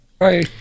Hi